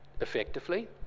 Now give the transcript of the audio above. effectively